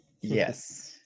yes